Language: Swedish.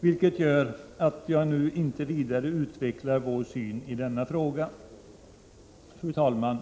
Det gör att jag inte nu vidare utvecklar vår syn i denna fråga. Fru talman!